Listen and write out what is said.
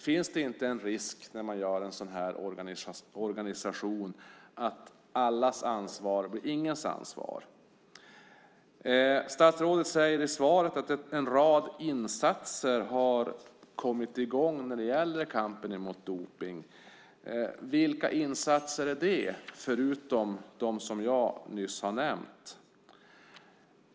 Finns det inte en risk att allas ansvar blir ingens ansvar när man gör en sådan här organisation? Statsrådet säger i svaret att en rad insatser har kommit i gång när det gäller kampen mot dopning. Vilka insatser är det förutom dem som jag nyss har nämnt?